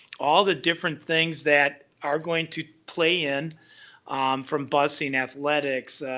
all the different things that are going to play in from busing athletics,